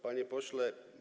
Panie Pośle!